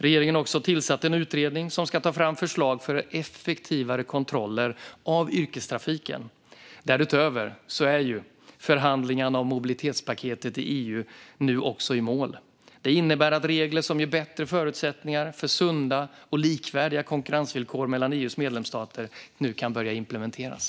Regeringen har också tillsatt en utredning som ska ta fram förslag för effektivare kontroller av yrkestrafiken. Därutöver är förhandlingarna om mobilitetspaketet i EU nu i mål. Det innebär att regler som ger bättre förutsättningar för sunda och likvärdiga konkurrensvillkor mellan EU:s medlemsstater kan börja implementeras.